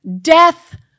death